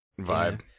vibe